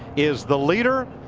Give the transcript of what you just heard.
is the leader.